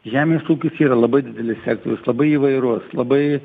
žemės ūkis yra labai didelis sektorius labai įvairus labai